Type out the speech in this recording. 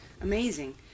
Amazing